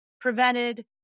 prevented